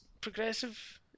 progressive